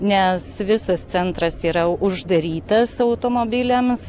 nes visas centras yra uždarytas automobiliams